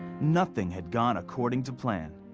nothing had gone according to plan.